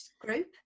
group